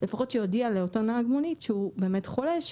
לפחות שיודיע לאותו נהג מונית שהוא באמת חולה,